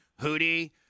Hootie